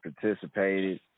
participated